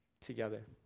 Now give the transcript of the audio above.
together